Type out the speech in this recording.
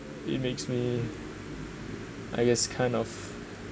it makes me I guess kind of